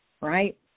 right